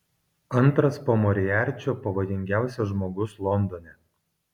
antras po moriarčio pavojingiausias žmogus londone